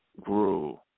grew